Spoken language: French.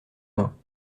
mains